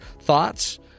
thoughts